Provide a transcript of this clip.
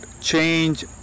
change